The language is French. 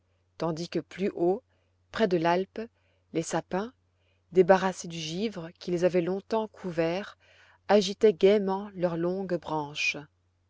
tandis que plus haut près de l'alpe les sapins débarrassés du givre qui les avait longtemps couverts agitaient gaiement leurs longues branches